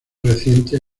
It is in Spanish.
recientes